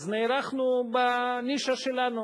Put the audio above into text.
אז נערכנו בנישה שלנו,